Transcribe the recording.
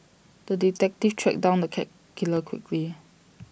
the detective tracked down the cat killer quickly